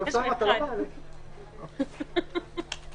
התקופה תהיה 50 ימים או 51 ימים פלוס התשעה ימים של